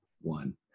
one